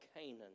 Canaan